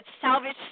Salvage